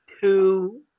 two